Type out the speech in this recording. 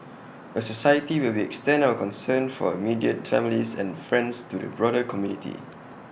A society where we extend our concern for immediate families and friends to the broader community